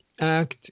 act